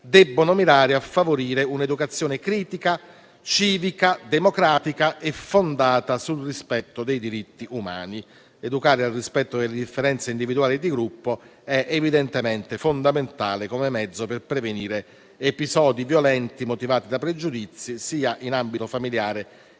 debbono mirare a favorire un'educazione critica, civica e democratica, fondata sul rispetto dei diritti umani. Educare al rispetto delle differenze individuali e di gruppo è evidentemente fondamentale come mezzo per prevenire episodi violenti, motivati da pregiudizi in ambito familiare,